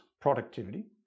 productivity